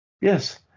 Yes